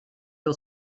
del